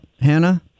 Hannah